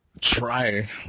try